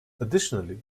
additionally